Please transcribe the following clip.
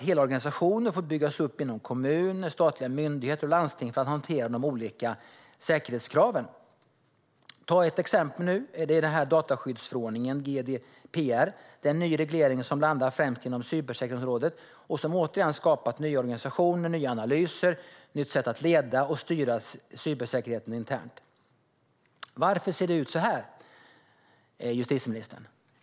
Hela organisationer får byggas upp inom kommuner, statliga myndigheter och landsting för att hantera de olika säkerhetskraven. Ett exempel är dataskyddsförordningen, GDPR, en ny reglering som främst berör cybersäkerhetsområdet och som återigen gett upphov till nya organisationer, nya analyser och nya sätt att leda och styra cybersäkerheten internt. Varför ser det ut så här, justitieministern?